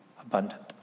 abundant